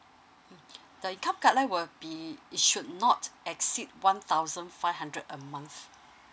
mm the income guideline will be it should not exceed one thousand five hundred a month